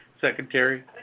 Secretary